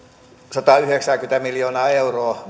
sataayhdeksääkymmentä miljoonaa euroa